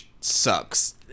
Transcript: sucks